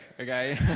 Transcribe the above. okay